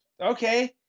okay